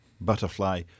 Butterfly